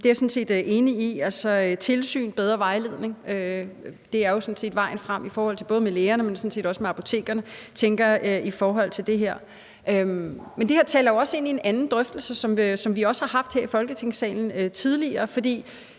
Det er jeg sådan set enig i. Altså, tilsyn og bedre vejledning er jo vejen frem i forhold til både lægerne, men sådan set også apotekerne, tænker jeg i forhold til det her. Men det her taler jo også ind i en anden drøftelse, som vi også har haft her i Folketingssalen tidligere, for